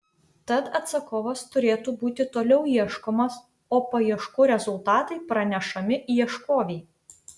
tad atsakovas turėtų būti toliau ieškomas o paieškų rezultatai pranešami ieškovei